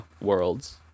worlds